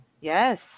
Yes